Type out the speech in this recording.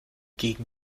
gegen